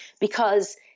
because-